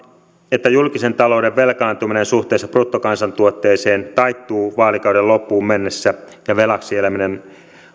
että julkisen talouden velkaantuminen suhteessa bruttokansantuotteeseen taittuu vaalikauden loppuun mennessä ja velaksi eläminen